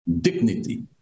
dignity